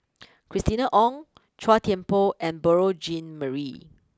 Christina Ong Chua Thian Poh and Beurel Jean Marie